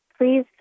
Please